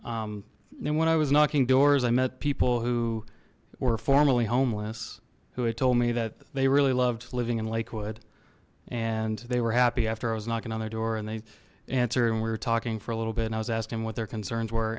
and when i was knocking doors i met people who were formerly homeless who had told me that they really loved living in lakewood and they were happy after i was knocking on their door and they answer and we were talking for a little bit and i was asking what their concerns were